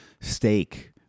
steak